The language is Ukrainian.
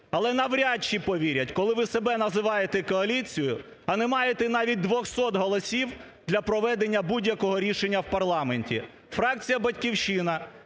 але навряд чи повірять, коли ви себе називаєте коаліцією, а не маєте навіть 200 голосів, для проведення будь-якого рішення в парламенті. Фракція "Батьківщина"